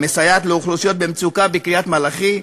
המסייעת לאוכלוסיות במצוקה בקריית-מלאכי,